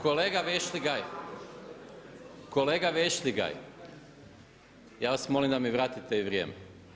Kolega Vešligaj, kolega Vešliga, ja vas molim da mi vratite i vrijeme.